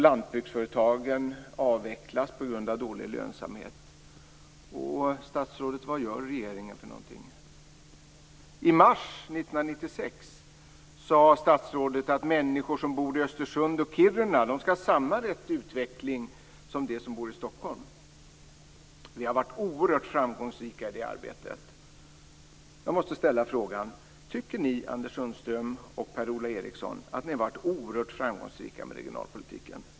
Lantbruksföretagen avvecklas på grund av dålig lönsamhet. Statsrådet, vad gör regeringen åt detta? I mars 1996 sade statsrådet: Människor som bor i Östersund och i Kiruna skall ha samma rätt till utveckling som de som bor i Stockholm, och vi har varit oerhört framgångsrika i det arbetet. Jag måste ställa frågan: Tycker ni, Anders Sundström och Per-Ola Eriksson, att ni har varit oerhört framgångsrika i regionalpolitiken?